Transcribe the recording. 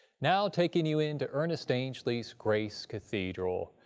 now taking you into ernest angley's grace cathedral.